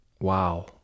Wow